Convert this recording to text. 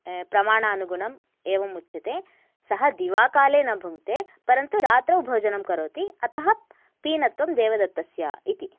प्रमाणानुगुणम् एवम् उच्यते सः दिवाकाले न भुङ्क्ते परन्तु रात्रौ भोजनं करोति अतः पीनत्वं देवदत्तस्य इति